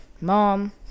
mom